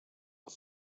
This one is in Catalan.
els